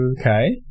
Okay